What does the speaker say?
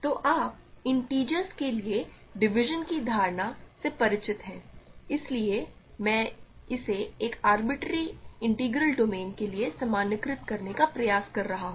तो आप इंटिजर्स के लिए डिवीज़न की धारणा से परिचित हैं इसलिए मैं इसे एक आरबिटरेरी इंटीग्रल डोमेन के लिए सामान्यीकृत करने का प्रयास कर रहा हूं